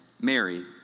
Mary